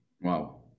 wow